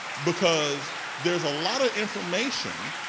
because there's a lot of information,